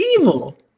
evil